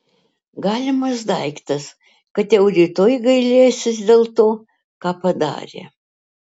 galimas daiktas kad jau rytoj gailėsis dėl to ką padarė